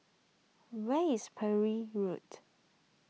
where is Parry Road